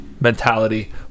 mentality